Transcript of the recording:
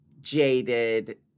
jaded